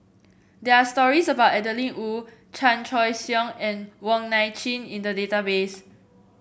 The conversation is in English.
there are stories about Adeline Ooi Chan Choy Siong and Wong Nai Chin in the database